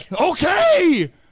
Okay